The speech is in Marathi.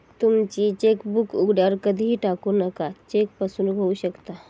तुमची चेकबुक उघड्यावर कधीही टाकू नका, चेक फसवणूक होऊ शकता